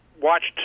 watched